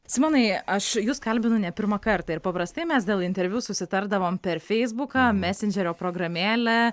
simonai aš jus kalbinu ne pirmą kartą ir paprastai mes dėl interviu susitardavom per feisbuką mesendžerio programėlę